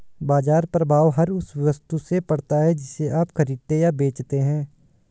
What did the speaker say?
बाज़ार प्रभाव हर उस वस्तु से पड़ता है जिसे आप खरीदते या बेचते हैं